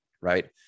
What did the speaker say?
right